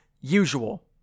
usual